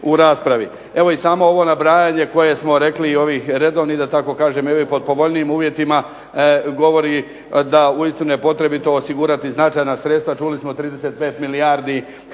Evo samo ovo nabrajanje, ovih redovnih ili da tako kažem po povoljnijim uvjetima govori da uistinu je potrebito osigurati značajna sredstva, čuli smo 35 milijardi